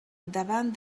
davant